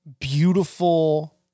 beautiful